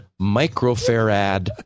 microfarad